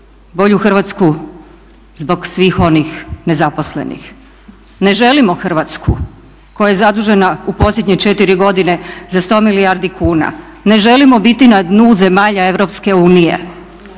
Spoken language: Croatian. bolju Hrvatsku zbog svih onih nezaposlenih. Ne želimo Hrvatsku koja je zadužena u posljednje četiri godine za 100 milijardi kuna, ne želimo biti na dnu zemalja EU,